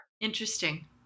Interesting